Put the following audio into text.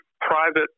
private